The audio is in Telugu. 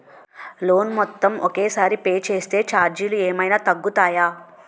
లోన్ మొత్తం ఒకే సారి పే చేస్తే ఛార్జీలు ఏమైనా తగ్గుతాయా?